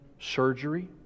surgery